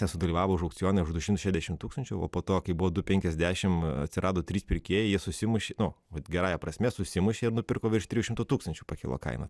nesudalyvavo už aukcione už du šimtus šešiasdešimt tūkstančių o po to kai buvo du penkiasdešimt atsirado trys pirkėjai jie susimušė nu vat gerąja prasme susimušė ir nupirko virš trijų šimtų tūkstančių pakilo kaina